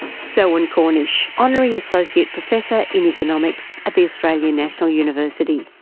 selwyn cornish, honorary associate professor in economics at the australian national university.